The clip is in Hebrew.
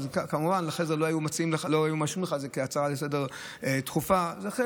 אבל בלי זה כמובן לא היו מאשרים לך את זה כהצעה דחופה לסדר-היום.